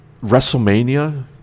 wrestlemania